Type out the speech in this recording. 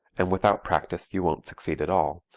and without practice you won't succeed at all,